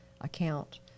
account